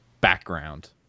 background